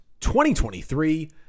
2023